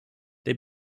they